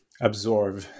absorb